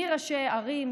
מראשי ערים,